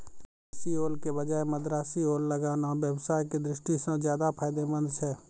देशी ओल के बजाय मद्रासी ओल लगाना व्यवसाय के दृष्टि सॅ ज्चादा फायदेमंद छै